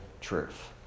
truth